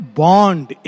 bond